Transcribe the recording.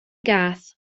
gath